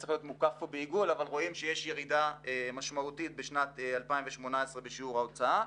רואים שיש ירידה משמעותית בשנת 2018 בשיעור ההוצאה.